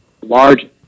large